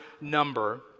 number